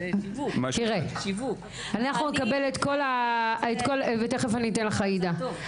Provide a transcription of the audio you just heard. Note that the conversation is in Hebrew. תראה, תיכף אני אתן לך עאידה.